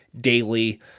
daily